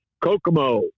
Kokomo